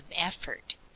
effort